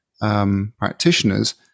Practitioners